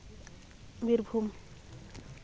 Birbhum